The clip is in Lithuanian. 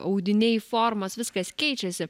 audiniai formos viskas keičiasi